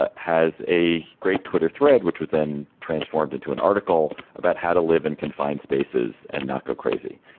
ah has a great twitter thread, which was then transformed into an article about how to live in confined spaces and not go crazy.